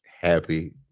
happy